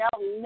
no